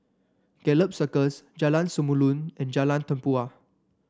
Gallop Circus Jalan Samulun and Jalan Tempua